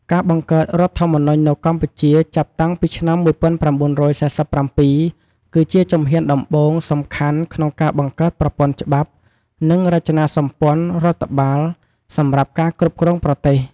ការបង្កើតរដ្ឋធម្មនុញ្ញនៅកម្ពុជា ចាប់តាំងពីឆ្នាំ ១៩៤៧ គឺជាជំហានដំបូងសំខាន់ក្នុងការបង្កើតប្រព័ន្ធច្បាប់ និងរចនាសម្ព័ន្ធរដ្ឋបាលសម្រាប់ការគ្រប់គ្រងប្រទេស។